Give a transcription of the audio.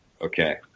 Okay